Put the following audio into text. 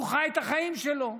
הוא חי את החיים שלו.